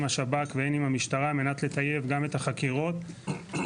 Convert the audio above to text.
השב"כ והן עם המשטרה על מנת לטייב גם את החקירות וגם